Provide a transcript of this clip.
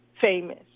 famous